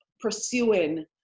pursuing